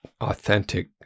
authentic